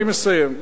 אני מסיים,